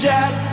Dad